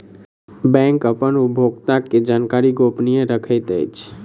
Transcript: bank अपन उपभोगता के जानकारी गोपनीय रखैत अछि